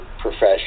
profession